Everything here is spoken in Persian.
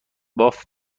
باف